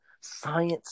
science